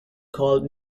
called